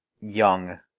young